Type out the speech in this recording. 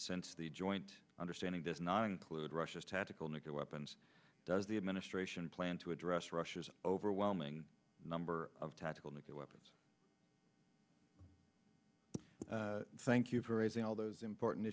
since the joint understanding does not include russia's tactical nuclear weapons does the administration plan to address russia's overwhelming number of tactical nuclear weapons thank you for raising all those important